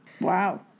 Wow